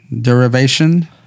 derivation